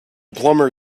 plumber